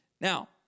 Now